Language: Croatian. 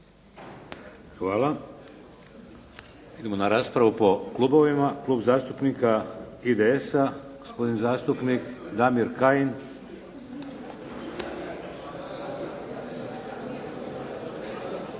Hvala. Idemo na raspravu po klubovima. Klub zastupnika IDS-a, gospodin zastupnik Damir Kajin.